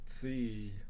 see